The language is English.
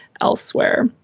elsewhere